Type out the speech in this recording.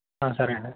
సరే అండి